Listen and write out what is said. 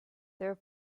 there